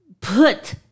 put